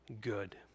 good